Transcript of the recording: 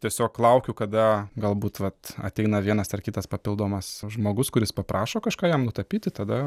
tiesiog laukiu kada galbūt vat ateina vienas ar kitas papildomas žmogus kuris paprašo kažką jam nutapyti tada